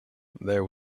there